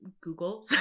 Google